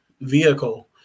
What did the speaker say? vehicle